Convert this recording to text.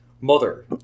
mother